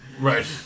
Right